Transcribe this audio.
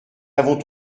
avons